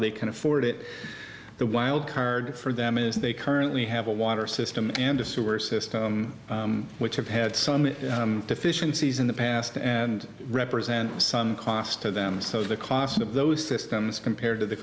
they can afford it the wild card for them is they currently have a water system and a sewer system which have had some deficiencies in the past and represent some cost to them so the cost of those systems compared to the